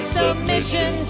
submission